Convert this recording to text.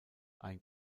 ein